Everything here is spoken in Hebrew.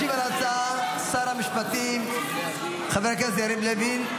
ישיב על ההצעה שר המשפטים חבר הכנסת יריב לוין,